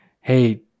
Hey